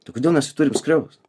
tai kodėl mes jį turim skriaust